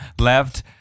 left